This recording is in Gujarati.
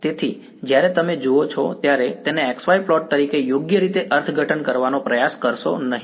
તેથી જ્યારે તમે આ જુઓ ત્યારે તેને x y પ્લોટ તરીકે યોગ્ય રીતે અર્થઘટન કરવાનો પ્રયાસ કરશો નહીં